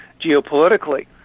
geopolitically